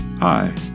Hi